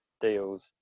deals